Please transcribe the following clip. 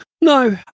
no